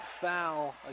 foul